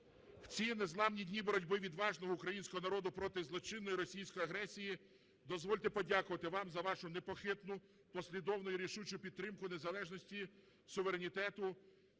в ці незламні дні боротьби відважного українського народу проти злочинної російської агресії дозвольте подякувати вам за вашу непохитну, послідовну і рішучу підтримку незалежності, суверенітету